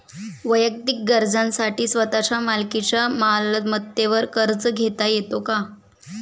वैयक्तिक गरजांसाठी स्वतःच्या मालकीच्या मालमत्तेवर कर्ज घेता येतो का?